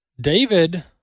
David